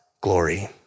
glory